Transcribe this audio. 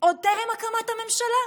עוד טרם הקמת הממשלה.